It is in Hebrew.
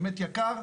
באמת יקר,